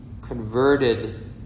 converted